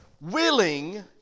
willing